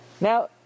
Now